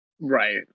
right